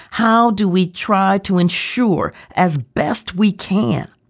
how do we try to ensure as best we can.